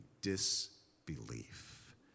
disbelief